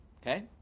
Okay